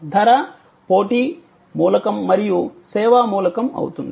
ధర పోటీ మూలకం మరియు సేవా మూలకం అవుతుంది